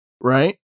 Right